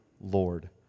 Lord